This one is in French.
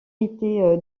été